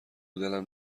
دلم